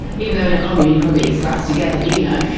even though in a commune you'd probably eat sprouts together, but you know,